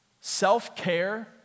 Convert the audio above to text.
self-care